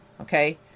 Okay